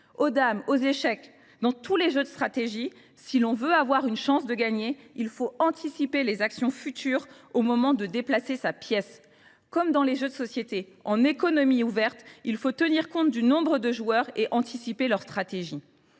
Aux dames, aux échecs, dans tous les jeux de stratégie, si l’on veut avoir une chance de gagner, il faut anticiper les actions futures au moment de déplacer sa pièce. Comme dans les jeux de société, en économie ouverte, il faut tenir compte du nombre de joueurs et anticiper leurs stratégies.